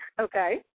Okay